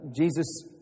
Jesus